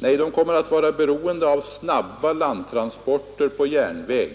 Nej, de kommer att vara beroende av snabba landtransporter på järnväg.